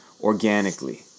organically